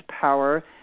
power